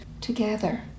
together